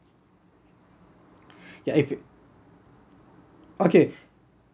yeah if it okay